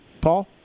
Paul